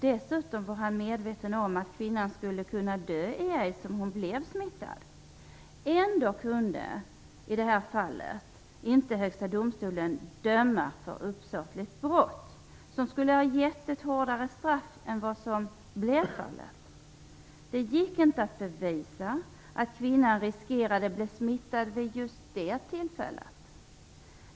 Dessutom var han medveten om att kvinnan skulle kunna dö i aids om hon blev smittad. Ändå kunde inte Högsta domstolen döma för uppsåtligt brott, som skulle ha lett till ett hårdare straff än vad som nu blev fallet. Det gick inte att bevisa att kvinnan riskerade att bli smittad vid just detta tillfälle.